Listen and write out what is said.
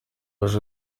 aje